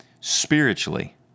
spiritually